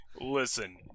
listen